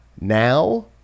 now